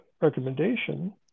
recommendation